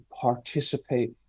participate